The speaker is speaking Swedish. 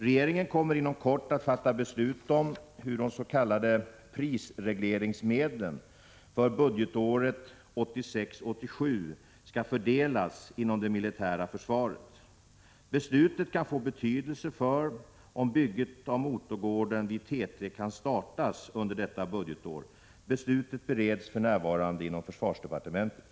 Regeringen kommer inom kort att fatta beslut om hur de s.k. prisregleringsmedlen för budgetåret 1986/87 skall fördelas inom det militära försvaret. Beslutet kan få betydelse för om bygget av motorgården vid T 3 kan startas under detta budgetår. Beslutet bereds för närvarande inom försvarsdepartementet.